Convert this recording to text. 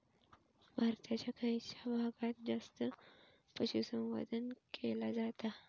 भारताच्या खयच्या भागात जास्त पशुसंवर्धन केला जाता?